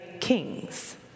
kings